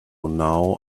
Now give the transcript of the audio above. now